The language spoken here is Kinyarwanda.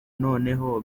noneho